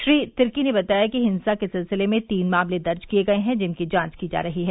श्री तिर्की ने बताया कि हिंसा के सिलसिले में तीन मामले दर्ज किए गए हैं जिनकी जांच की जा रही है